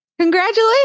Congratulations